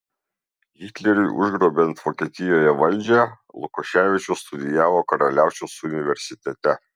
hitleriui užgrobiant vokietijoje valdžią lukoševičius studijavo karaliaučiaus universitete